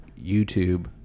YouTube